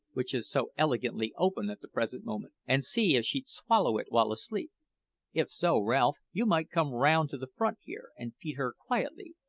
which is so elegantly open at the present moment, and see if she'd swallow it while asleep if so, ralph, you might come round to the front here and feed her quietly,